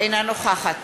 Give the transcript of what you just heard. אינה נוכחת